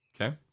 Okay